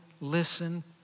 listen